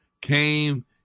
came